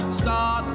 start